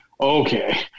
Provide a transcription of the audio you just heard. Okay